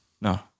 No